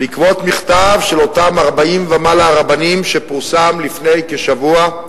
בעקבות המכתב של אותם 40 ומעלה רבנים שפורסם לפני כשבוע,